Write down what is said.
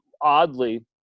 oddly